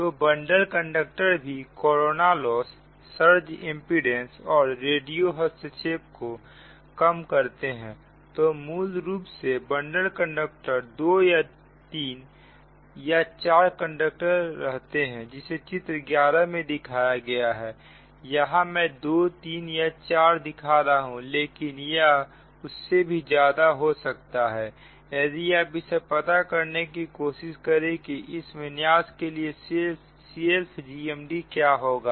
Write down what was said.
तो bundle conductor भी corona loss surge impedance और रेडियो हस्तक्षेप को कम करते हैं तो मूल रूप से बंडल कंडक्टर दो तीन या चार कंडक्टर रखते हैं जैसा कि चित्र 11 में दिखाया गया है यहां मैं दो तीन या चार दिखा रहा हूं लेकिन या उससे भी ज्यादा हो सकता है यदि आप इसे पता करने की कोशिश करें कि इस विन्यास के लिए सेल्फ GMD क्या होगा